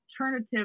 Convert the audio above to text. alternative